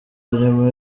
inyuma